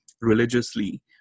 religiously